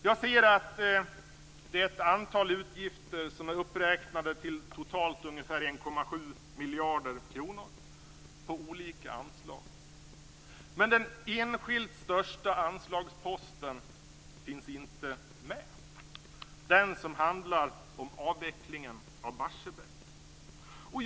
Jag ser att det är ett antal utgifter som är uppräknade till totalt ungefär 1,7 miljarder kronor på olika anslag. Men den enskilt största anslagsposten finns inte med, den som handlar om avvecklingen av Barsebäck.